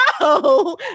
no